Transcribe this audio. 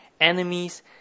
enemies